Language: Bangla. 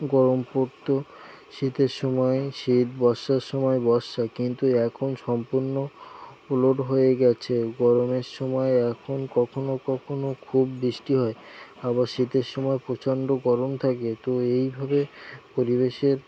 গরম পড়তো শীতের সময় শীত বর্ষার সময় বর্ষা কিন্তু এখন সম্পূর্ণ উল্টো হয়ে গেছে গরমের সময় এখন কখনো কখনো খুব বৃষ্টি হয় আবার শীতের সময় প্রচণ্ড গরম থাকে তো এইভাবে পরিবেশের